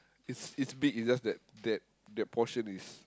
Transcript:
is is big is just that that that portion is